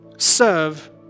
serve